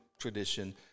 tradition